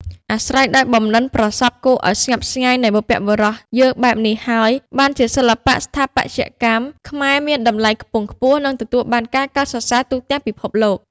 អាស្រ័យដោយបំនិនប្រសប់គួរអោយស្ញប់ស្ញែងនៃបុព្វបុរសយើងបែបនេះហើយ បានជាសិល្បៈស្ថាបត្យកម្ម ខ្មែរមាន តំលៃខ្ពង់ខ្ពស់ និងទទួលបានការកោតសរសើរទូទាំងពិភពលោក ។